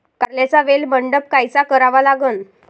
कारल्याचा वेल मंडप कायचा करावा लागन?